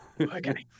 Okay